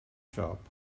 siop